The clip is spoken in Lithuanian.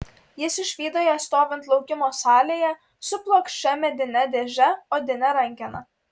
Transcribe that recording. jis išvydo ją stovint laukimo salėje su plokščia medine dėže odine rankena